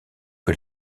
que